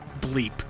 bleep